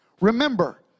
remember